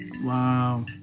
Wow